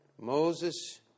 Moses